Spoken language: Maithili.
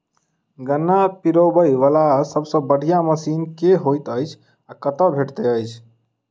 गन्ना पिरोबै वला सबसँ बढ़िया मशीन केँ होइत अछि आ कतह भेटति अछि?